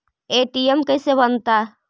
ATM कैसे बनता?